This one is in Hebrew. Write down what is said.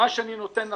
מה שאני נותן נתון,